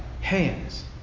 hands